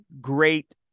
great